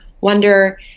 wonder